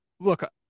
Look